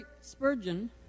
Spurgeon